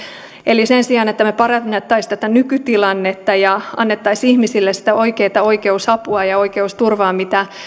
eli sen sijaan että me parantaisimme tätä nykytilannetta ja antaisimme ihmisille sitä oikeata oikeusapua ja oikeusturvaa mitä